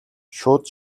шууд